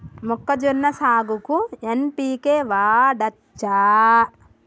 మొక్కజొన్న సాగుకు ఎన్.పి.కే వాడచ్చా?